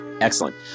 Excellent